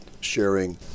sharing